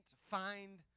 find